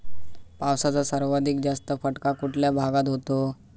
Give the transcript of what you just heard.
पावसाचा सर्वाधिक जास्त फटका कुठल्या भागात होतो?